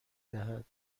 دهد